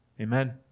Amen